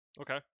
Okay